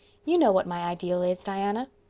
you know what my ideal is, diana.